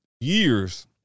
years